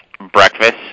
breakfast